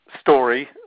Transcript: story